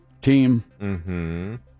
team